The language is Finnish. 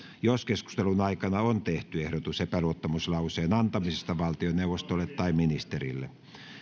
jos keskustelun aikana on tehty ehdotus epäluottamuslauseen antamisesta valtioneuvostolle tai ministerille